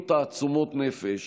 אילו תעצומות נפש